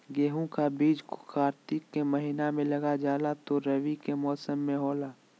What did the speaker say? गेहूं का बीज को कार्तिक के महीना में लगा जाला जो रवि के मौसम में होला